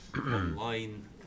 online